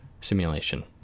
simulation